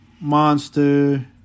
Monster